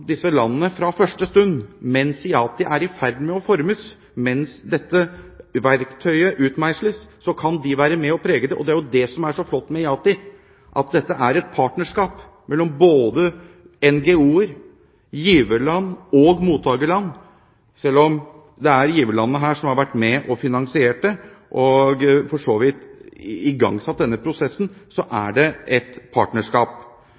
disse landene fra første stund – mens IATI er i ferd med å formes, mens dette verktøyet utmeisles – kan være med og prege det. Det som er så flott med IATI, er at dette er et partnerskap mellom både NGO-er, giverland og mottakerland. Selv om det er giverlandene her som har vært med og finansiert det, og for så vidt igangsatt denne prosessen, er det et partnerskap. Mottakerlandene har også en rolle å spille. Så